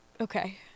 Okay